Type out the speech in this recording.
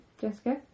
Jessica